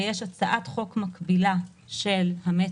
ויש הצעת חוק מקבילה על המטרו,